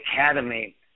academy